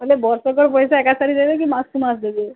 ବୋଲେ ବର୍ଷକର ପଇସା ଏକା ଥରକେ ଦେବେ କି ମାସକୁ ମାସ ଦେବେ